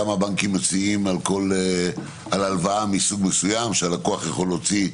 כמה הבנקים מציעים על הלוואה מסוג מסוים שהלקוח יכול להוציא.